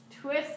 Twist